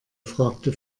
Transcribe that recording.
fragte